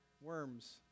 worms